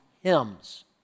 hymns